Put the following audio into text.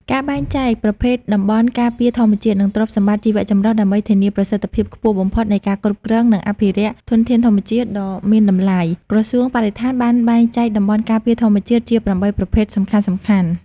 ការបែងចែកប្រភេទតំបន់ការពារធម្មជាតិ និងទ្រព្យសម្បត្តិជីវៈចម្រុះ ដើម្បីធានាប្រសិទ្ធភាពខ្ពស់បំផុតនៃការគ្រប់គ្រង និងអភិរក្សធនធានធម្មជាតិដ៏មានតម្លៃ ក្រសួងបរិស្ថានបានបែងចែកតំបន់ការពារធម្មជាតិជា ៨ ប្រភេទសំខាន់ៗ។